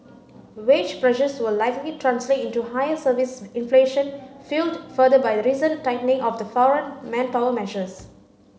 wage pressures will likely translate into higher service inflation fuelled further by the recent tightening of the foreign manpower measures